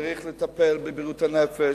צריך לטפל בבריאות הנפש,